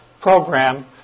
program